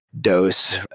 dose